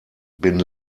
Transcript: bin